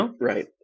right